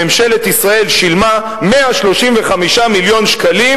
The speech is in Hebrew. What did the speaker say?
ממשלת ישראל שילמה 135 מיליוני שקלים